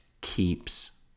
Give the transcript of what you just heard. keeps